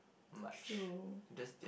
true